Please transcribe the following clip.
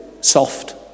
soft